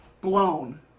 blown